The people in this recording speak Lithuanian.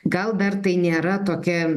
gal dar tai nėra tokia